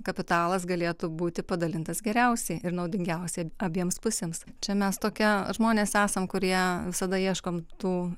kapitalas galėtų būti padalintas geriausiai ir naudingiausiai abiems pusėms čia mes tokie žmonės esam kurie visada ieškom tų